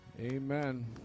Amen